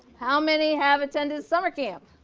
how many have attended summer camp